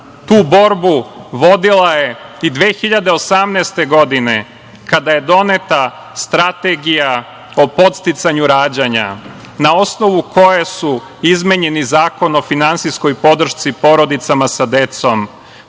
tu borbu vodila je i 2018. godine kada je doneta Strategija o podsticanju rađanja, a na osnovu koje su izmenjeni Zakon o finansijskoj podršci porodicama sa decom,